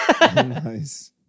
Nice